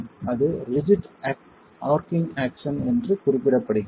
அது rigid arching action என்று குறிப்பிடப்படுகிறது